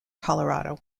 colorado